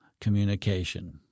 communication